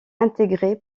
intégré